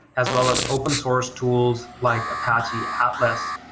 as well as open source tools like apache atlas,